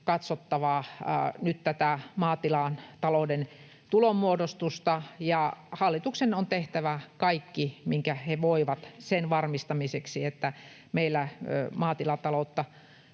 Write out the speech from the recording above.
katsottava nyt tätä maatilatalouden tulonmuodostusta, ja hallituksen on tehtävä kaikki, minkä he voivat, sen varmistamiseksi, että meillä maatilataloutta